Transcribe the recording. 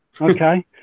okay